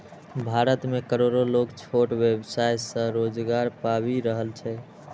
भारत मे करोड़ो लोग छोट व्यवसाय सं रोजगार पाबि रहल छै